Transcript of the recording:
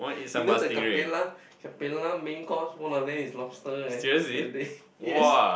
you know the Capella Capella main course one of them is lobsters eh that day yes